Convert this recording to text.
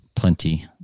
plenty